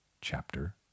Chapter